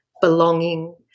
belonging